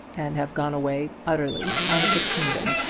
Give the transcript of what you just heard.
and have gone away utterly out of the kingdom?